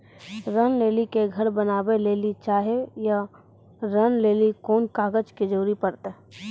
ऋण ले के घर बनावे लेली चाहे या ऋण लेली कोन कागज के जरूरी परतै?